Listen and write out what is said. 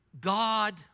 God